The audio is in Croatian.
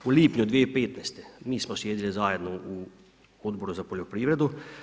U lipnju 2015. mi smo sjedili zajedno u Odboru za poljoprivredu.